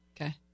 okay